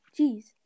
Jeez